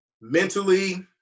mentally